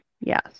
Yes